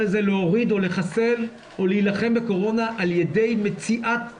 להוריד או לחסל או להילחם בקורונה על ידי מציאת הא-סימפטומטיים,